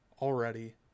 Already